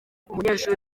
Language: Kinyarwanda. umunyeshuri